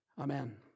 Amen